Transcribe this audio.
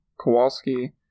Kowalski